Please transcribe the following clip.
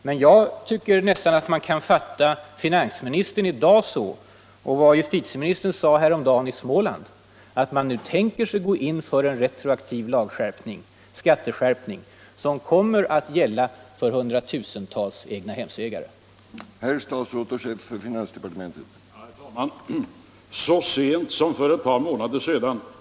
Men vad finansministern säger i dag och vad justitieministern sade Nr 54 häromdagen i Småland kan man fatta så, att man nu tänker sig att gå Torsdagen den in för en retroaktiv skatteskärpning, som kommer att gälla för hundra 22 januari 1976 tusentals egnahemsägare. Sara fsk Om åtgärder för att